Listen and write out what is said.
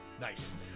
Nice